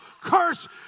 curse